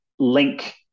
link